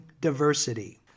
diversity